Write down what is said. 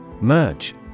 Merge